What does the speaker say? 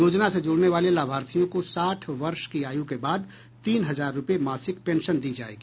योजना से जुड़ने वाले लाभार्थियों को साठ वर्ष की आयु के बाद तीन हजार रुपये मासिक पेंशन दी जायेगी